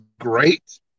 great